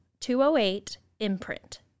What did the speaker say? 208-IMPRINT